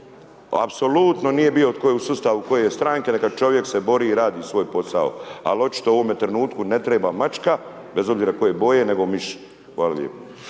Apsolutno nije bio tko je u sustavu koje stranke, neka čovjek se bori i radi svoj posao, ali očito u ovome trenutku ne treba mačka, bez obzira koje je boje, nego miš. Hvala lijepo.